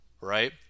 right